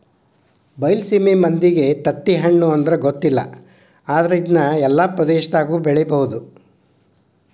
ಬೈಲಸೇಮಿ ಮಂದಿಗೆ ತತ್ತಿಹಣ್ಣು ಅಂದ್ರ ಗೊತ್ತಿಲ್ಲ ಆದ್ರ ಇದ್ನಾ ಎಲ್ಲಾ ಪ್ರದೇಶದಾಗು ಬೆಳಿಬಹುದ